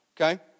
okay